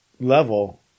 level